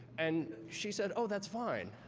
and she said, oh, that's fine.